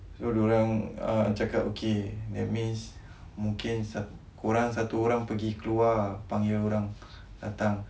so diorang ah cakap okay that means mungkin korang satu orang pergi keluar panggil orang datang